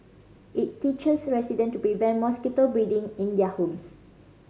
it teaches resident to prevent mosquito breeding in their homes